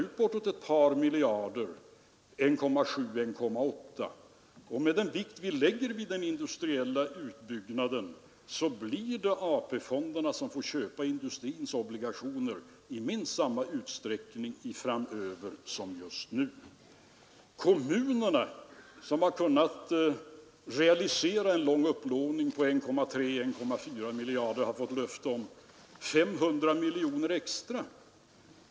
Herr Heléns halsbrytande räknestycke om 13 förlorade miljarder gör att man tar sig om huvudet. De där miljarderna skulle man ha vunnit med skattesänkningar till företag och konsumenter. Ja, företagen har inte saknat pengar under de senare åren, och de är hyggligt likvida.